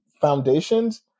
foundations